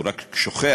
והוא רק שוכח